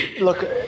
look